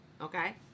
Okay